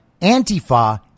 Antifa